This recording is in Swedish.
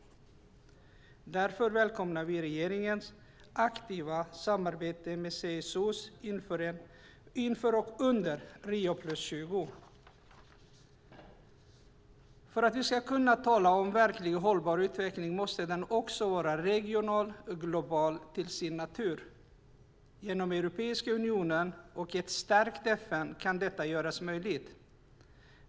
Därför välkomnar vi regeringens aktiva samarbete med CSO:er inför och under Rio + 20. För att vi ska kunna tala om verklig hållbar utveckling måste den också vara regional och global till sin natur. Genom Europeiska unionen och ett stärkt FN kan detta göras möjligt.